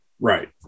Right